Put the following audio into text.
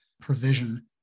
provision